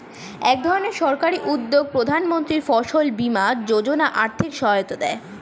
একধরনের সরকারি উদ্যোগ প্রধানমন্ত্রী ফসল বীমা যোজনা আর্থিক সহায়তা দেয়